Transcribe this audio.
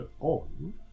on